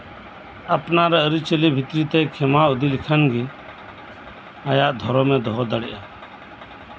ᱟᱯᱱᱟᱨ ᱟᱹᱨᱤᱪᱟᱞᱤ ᱵᱷᱤᱛᱤᱨ ᱛᱮ ᱠᱷᱮᱢᱟᱣ ᱤᱫᱤ ᱞᱮᱠᱷᱟᱱ ᱜᱮ ᱟᱭᱟᱜ ᱫᱷᱚᱨᱚᱢᱮ ᱫᱚᱦᱚ ᱫᱟᱲᱮᱭᱟᱜᱼᱟ